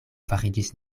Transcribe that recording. fariĝis